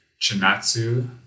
Chinatsu